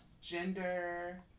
gender